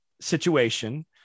situation